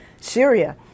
Syria